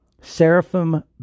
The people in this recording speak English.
Seraphim